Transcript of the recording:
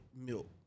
milk